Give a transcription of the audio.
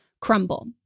crumble